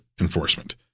enforcement